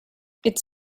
its